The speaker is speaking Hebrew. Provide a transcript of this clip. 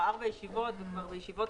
זו כבר ישיבה רביעית,